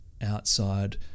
outside